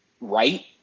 right